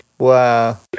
Wow